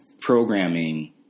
programming